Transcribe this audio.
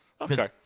Okay